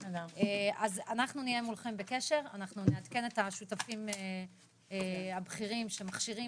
אז נהיה מולכם בקשר ונעדכן את השותפים הבכירים שמכשירים